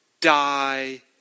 die